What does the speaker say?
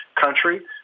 country